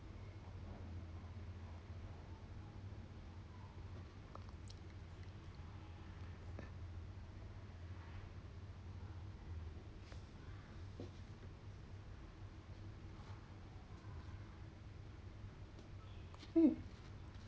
mm